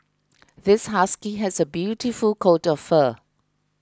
this husky has a beautiful coat of fur